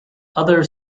other